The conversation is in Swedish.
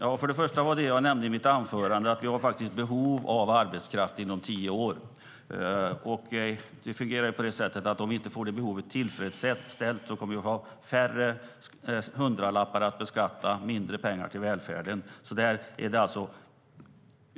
Fru talman! Först och främst nämnde jag i mitt anförande att vi faktiskt har behov av arbetskraft inom tio år. Om vi inte får det behovet tillfredsställt kommer vi att ha färre hundralappar att beskatta och mindre pengar till välfärden.